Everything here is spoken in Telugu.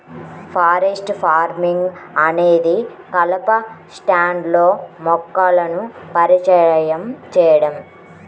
ఫారెస్ట్ ఫార్మింగ్ అనేది కలప స్టాండ్లో మొక్కలను పరిచయం చేయడం